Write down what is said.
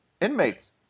Inmates